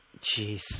Jeez